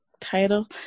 title